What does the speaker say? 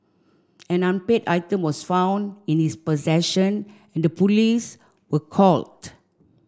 an unpaid item was found in this possession and the police were called